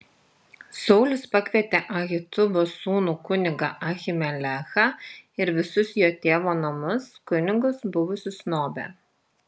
saulius pakvietė ahitubo sūnų kunigą ahimelechą ir visus jo tėvo namus kunigus buvusius nobe